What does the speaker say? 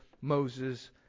Moses